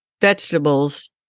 vegetables